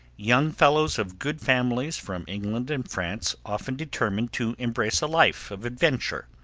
young fellows of good families from england and france often determined to embrace a life of adventure,